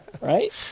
Right